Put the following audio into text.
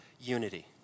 unity